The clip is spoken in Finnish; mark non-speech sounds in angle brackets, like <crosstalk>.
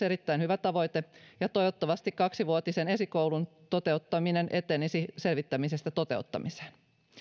<unintelligible> erittäin hyvä tavoite ja toivottavasti kaksivuotisen esikoulun toteuttaminen etenisi selvittämisestä toteuttamiseen